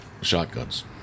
shotguns